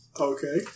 Okay